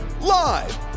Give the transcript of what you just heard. Live